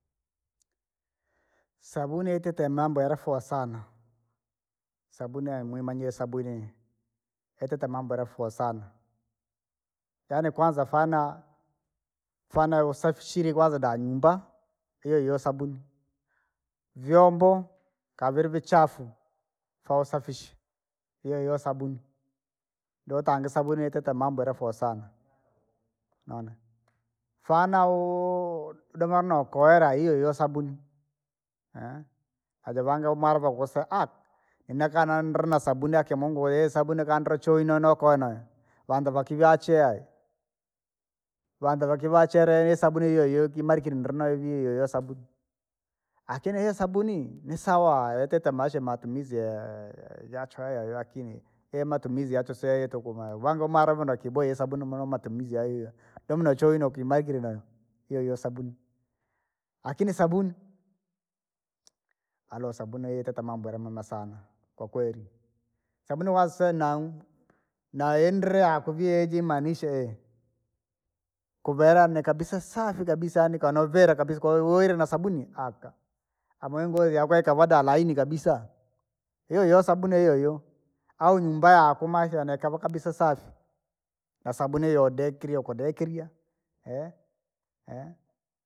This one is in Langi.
Subuni yatite mambo yanifoa saana, sabauni yamwimanye sabuni, yatite mambo yarifoa sana, yaani kwanza fana, fana usafishire kwanaza dah danyumba iyoiyo sabuni, vyombo, kaviri vichafu, koosafisha hiyohiyo sabuni, jotanga isabuni yatite mambo yarifoa sana, nana fana uu- domana ukohera hiyohiyo sabuni, ajavanga umwara vaukusa aka, inakana ndro na sabuni haki ya mungu wee sabuni kandra uchoinono koenae. Vandu vakivyachweae, vandu vakivachele ni sabuni hiyohiyo kimalikile ndronaivi hiyohiyo sabuni. Akini hiyo sabuni! Nisawa yatite maisha maisha matumizi yaa- yachweyae lakini, yematumizi yachoseye tuku ma, vangu malavu nakiboye sabuni munomatumizi yahiyo. Doma nachoye noikimalikile na hiyohiyo sabuni, akini sabuni? Aloo sabuni yatite amambo yamema sana, kwakweli, sabuni wase nau, naendrea kuvieiji maanisha eehe. Kuvera ni kabisa safi kabisa yaani kanauvila kabisa kwahiyo wolouwire na sabuni! Aka, amwaingozi yakweta vada laini kabisa. Hiyohiyo sabuni hiyohiyo, au nyumba yako maisha nikava kabisa safi, sabuni yodekirya.